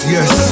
Yes